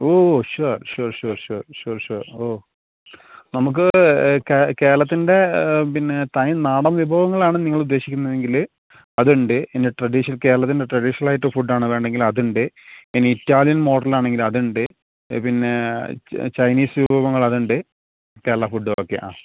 ഓ sure sure sure sure sure sure ഓ നമുക്ക് കേരളത്തിൻ്റെ പിന്നെ തനി നാടൻ വിഭവങ്ങളാണ് നിങ്ങളുദ്ദേശിക്കുന്നതെങ്കിൽ അതുണ്ട് പിന്നെ ട്രഡീഷണൽ കേരളത്തിൻ്റെ ട്രഡീഷണൽ ആയിട്ടുള്ള ഫുഡ് ആണ് വേണ്ടതെങ്കിൽ അതുണ്ട് പിന്നെ ഇറ്റാലിയൻ മോഡൽ ആണെങ്കിൽ അതുണ്ട് പിന്നേ ചൈനീസ് വിഭവങ്ങൾ അതുണ്ട് കേരള ഫുഡ് ഓക്കെ ആ